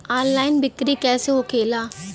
Online बिक्री कैसे होखेला?